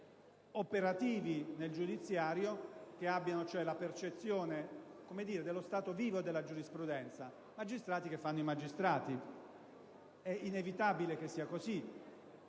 operativi nel giudiziario, con la percezione cioè dello stato vivo della giurisprudenza: magistrati che fanno i magistrati. È inevitabile che sia così;